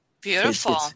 beautiful